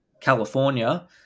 California